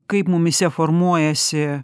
kaip mumyse formuojasi